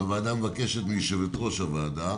הוועדה מבקשת מיושב-ראש הוועדה,